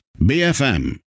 BFM